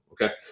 okay